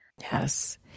Yes